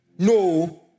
No